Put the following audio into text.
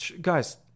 Guys